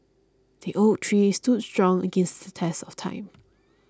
the oak tree stood strong against the test of time